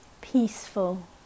Peaceful